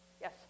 Yes